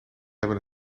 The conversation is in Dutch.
hebben